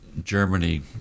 Germany